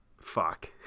fuck